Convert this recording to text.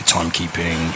timekeeping